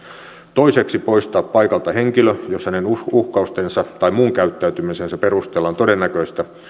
toiseksi oikeus poistaa paikalta henkilö jos hänen uhkaustensa tai muun käyttäytymisensä perusteella on todennäköistä